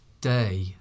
day